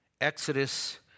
Exodus